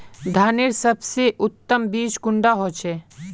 धानेर सबसे उत्तम बीज कुंडा होचए?